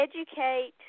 Educate